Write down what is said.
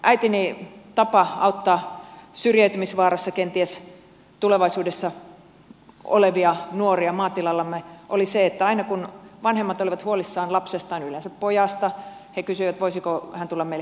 äitini tapa auttaa syrjäytymisvaarassa kenties tulevaisuudessa olevia nuoria maatilallamme oli se että aina kun vanhemmat olivat huolissaan lapsestaan yleensä pojasta he kysyivät voisiko hän tulla meille kesätöihin